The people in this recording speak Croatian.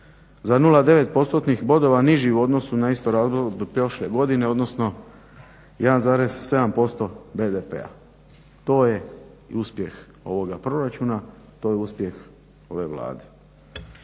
bodova niži u odnosu na isto razdoblje prošle godine, odnosno 1,7% BDP-a. To je uspjeh ovog proračuna, to je uspjeh ove Vlade.